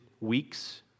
weeks